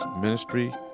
Ministry